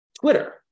Twitter